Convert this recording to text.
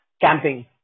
camping